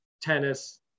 tennis